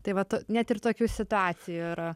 tai vat net ir tokių situacijų yra